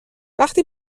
وقتی